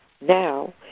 Now